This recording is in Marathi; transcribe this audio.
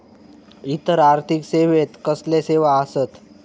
इतर आर्थिक सेवेत कसले सेवा आसत?